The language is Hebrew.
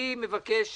אני מבקש